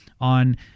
on